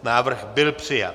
Návrh byl přijat.